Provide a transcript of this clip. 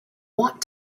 want